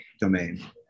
domain